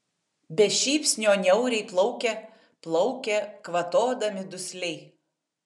be šypsnio niauriai plaukia plaukia kvatodami dusliai